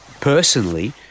personally